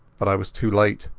but i was too late.